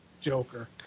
Joker